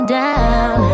down